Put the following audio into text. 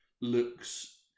looks